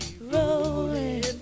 Rolling